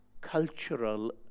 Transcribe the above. cultural